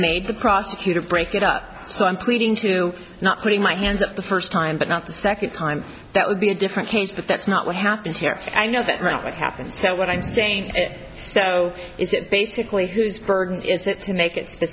made the prosecutor break it up so i'm pleading to not putting my hands up the first time but not the second time that would be a different case but that's not what happens here i know that's not what happened so what i'm saying it so is it basically who's burden is that you make it